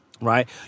Right